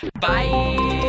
Bye